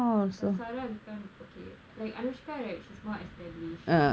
but sara ali khan okay like anushka right she is more established